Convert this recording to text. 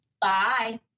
Bye